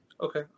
Okay